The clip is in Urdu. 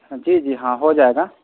جی جی ہاں ہو جائے گا